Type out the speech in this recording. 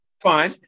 fine